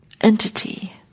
entity